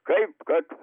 kaip kad